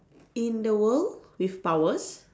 in the world with powers